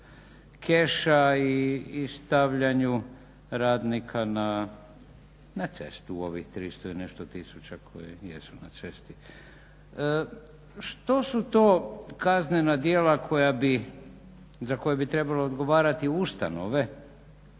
keša i stavljanju radnika na cestu i ovih 300 i nešto tisuća koji jesu na cesti. Što su to kaznena djela za koja bi trebalo odgovarati ustanove